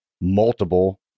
multiple